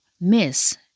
miss